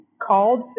called